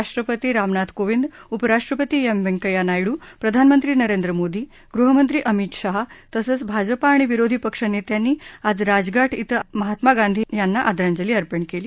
राष्ट्रपती राम नाथ कोविंद उपराष्ट्रपती एम वेंकैया नायडू प्रधानमंत्री नरेंद्र मोदी गृहमंत्री अमित शाह तसंच भाजप आणि विरोधी पक्ष नेत्यांनी आज राजघाट इथं महात्मा गांधी यांना आदरांजली अर्पण केली